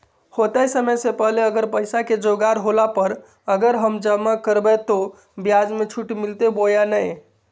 होतय समय से पहले अगर पैसा के जोगाड़ होला पर, अगर हम जमा करबय तो, ब्याज मे छुट मिलते बोया नय?